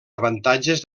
avantatges